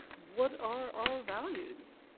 what are our values,